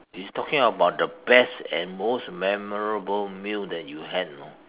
it's talking about the best and most memorable meal you that you had you know